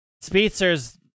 Speedsters